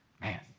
Man